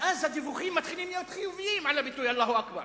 ואז הדיווחים מתחילים להיות חיוביים על הביטוי "אללה אכבר".